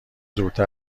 دورتر